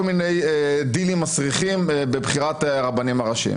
מיני דילים מסריחים בבחירת הרבנים הראשיים.